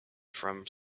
from